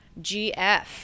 GF